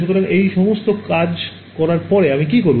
সুতরাং এই সমস্ত কাজ করার পরে আমি কি করব